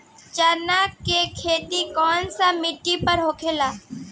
चन्ना के खेती कौन सा मिट्टी पर होला?